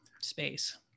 space